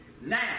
Now